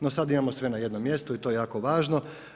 No sada imamo sve na jednom mjestu i to je jako važno.